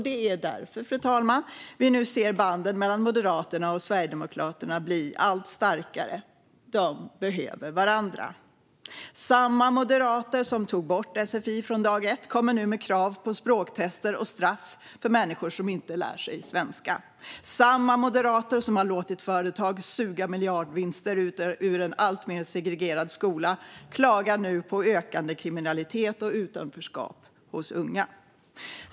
Det är därför, fru talman, som vi nu ser banden mellan Moderaterna och Sverigedemokraterna bli allt starkare. De behöver varandra. Samma moderater som tog bort sfi från dag ett kommer nu med krav på språktester och straff för människor som inte lär sig svenska. Samma moderater som har låtit företag suga miljardvinster ur en alltmer segregerad skola klagar nu på ökande kriminalitet och utanförskap hos unga.